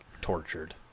tortured